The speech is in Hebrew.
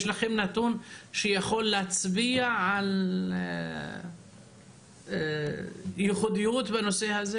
יש לכם נתון שיכול להצביע על ייחודית בנושא הזה?